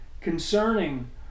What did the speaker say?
concerning